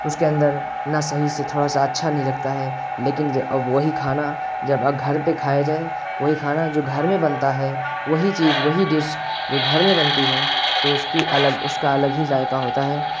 اس کے اندر نہ صحیح سے تھوڑا سا اچھا نہیں لگتا ہے لیکن جب وہی کھانا جب گھر پہ کھایا جائے وہی کھانا جو گھر میں بنتا ہے وہی چیز وہی ڈش جو گھر میں بنتی ہے تو اس کی الگ اس کا الگ ہی ذائقہ ہوتا ہے